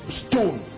stone